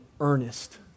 earnest